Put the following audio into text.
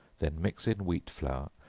then mix in wheat flour,